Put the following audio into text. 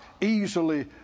easily